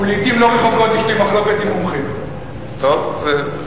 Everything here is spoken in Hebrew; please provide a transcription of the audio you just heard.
הוא, טוב, זה בסדר.